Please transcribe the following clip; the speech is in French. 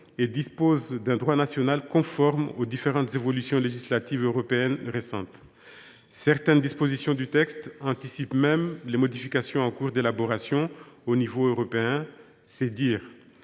et dispose d’un droit national conforme aux différentes évolutions législatives européennes récentes. Certaines dispositions du texte anticipent même les modifications en cours d’élaboration à l’échelon européen, c’est dire